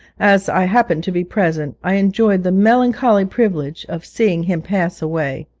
as i happened to be present, i enjoyed the melancholy privilege of seeing him pass away.